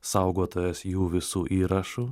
saugotojas jų visų įrašų